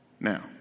Now